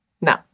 no